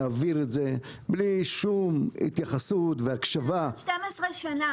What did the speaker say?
שהעביר אותו בלי שום התייחסות והקשבה --- 12 שנה